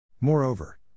Moreover